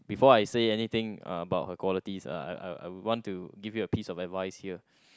before I said anything uh about her qualities uh I I I would want to give you a piece of advice here